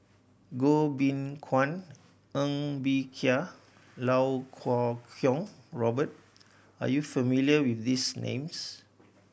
Goh Beng Kwan Ng Bee Kia Lau Kuo Kwong Robert are you familiar with these names